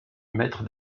mètres